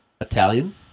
Italian